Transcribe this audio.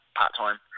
part-time